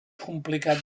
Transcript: complicat